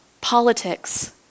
Politics